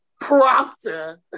Proctor